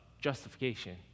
justification